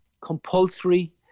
compulsory